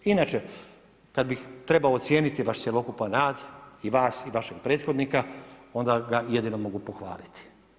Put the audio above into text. Inače, kada bih trebao ocijeniti vas cjelokupan rad i vas i vašeg prethodnika onda ga jedino mogu pohvaliti.